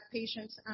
patients